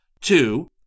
Two